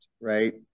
right